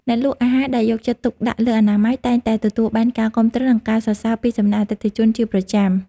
អ្នកលក់អាហារដែលយកចិត្តទុកដាក់លើអនាម័យតែងតែទទួលបានការគាំទ្រ និងការសរសើរពីសំណាក់អតិថិជនជាប្រចាំ។